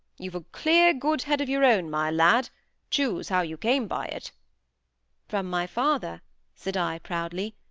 you've a clear, good head of your own, my lad choose how you came by it from my father said i, proudly.